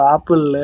Apple